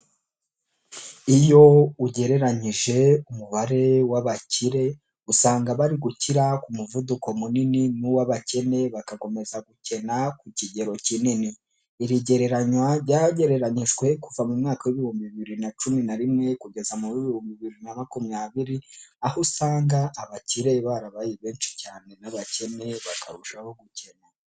Iyo ugereranyije umubare w'abakire, usanga bari gukira ku muvuduko munini n'uw'abakene bagakomeza gukenena ku kigero kinini. Iri gereranywa ryagereranyijwe kuva mu mwaka w'ibihumbi bibiri na cumi na rimwe kugeza mu w'ibihumbi bibiri na makumyabiri, aho usanga abakire barabaye benshi cyane n'abakene bakarushaho gukena.